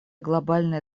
глобальная